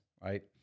right